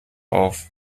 auf